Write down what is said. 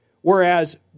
Whereas